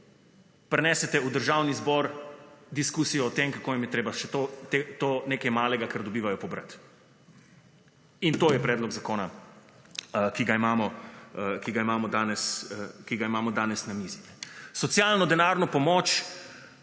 prinesete v Državni zbor diskusijo o tem kako jim je treba še to nekaj malega kar dobivajo, pobrati. In to je predlog zakona, ki ga imamo danes na mizi. Socialno-denarno pomoč